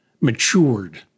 matured